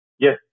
Yes